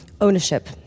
ownership